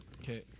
Okay